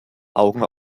augen